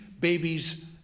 babies